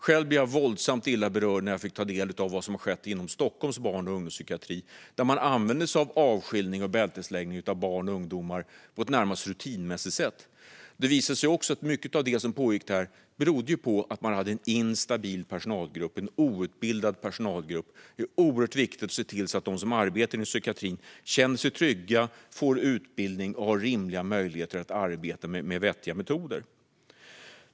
Själv blev jag våldsamt illa berörd när jag fick ta del av vad som skett inom Stockholms barn och ungdomspsykiatri, där man använt sig av avskiljning och bältesläggning av barn och unga på ett närmast rutinmässigt sätt. Det visade sig att mycket av det som pågick där berodde på att man hade en instabil, outbildad personalgrupp. Det är oerhört viktigt att se till att de som arbetar inom psykiatrin känner sig trygga, får utbildning och har rimliga möjligheter att arbeta med vettiga metoder.